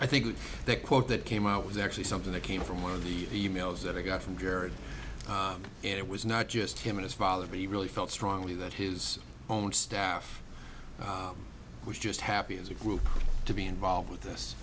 think that quote that came out was actually something that came from one of the e mails that i got from jared and it was not just him and his father but he really felt strongly that his own staff was just happy as a group to be involved with